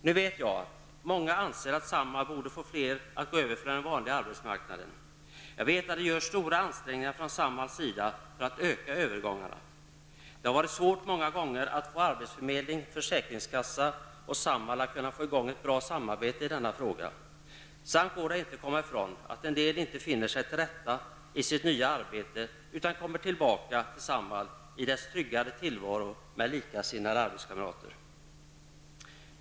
Jag vet att många anser att Samhall borde få fler att gå över till den vanliga arbetsmarknaden. Det görs stora ansträngningar från Samhalls sida för att öka övergångarna, men det har många gånger varit svårt att få i gång ett bra samarbete mellan arbetsförmedling, försäkringskassa och Samhall. Det går dessutom inte att komma ifrån att en del inte finner sig till rätta i sitt nya arbete utan kommer tillbaka till Samhall i dess tryggare tillvaro med likasinnade arbetskamrater.